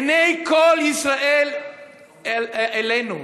עיני כל ישראל אלינו,